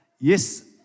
yes